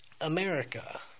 America